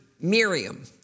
Miriam